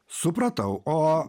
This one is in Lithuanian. supratau o